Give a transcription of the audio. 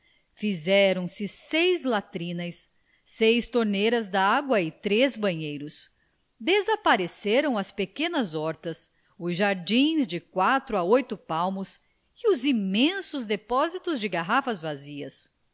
dispostos fizeram-se seis latrinas seis torneiras de água e três banheiros desapareceram as pequenas hortas os jardins de quatro a oito palmos e os imensos depósitos de garrafas vazias